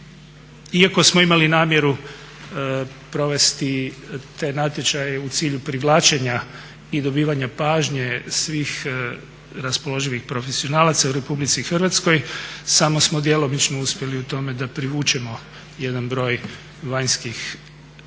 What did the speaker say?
Iako smo imali namjeru provesti te natječaje u cilju privlačenja i dobivanja pažnje svih raspoloživih profesionalaca u Republici Hrvatskoj samo smo djelomično uspjeli u tome da privučemo jedan broj vanjskih stručnjaka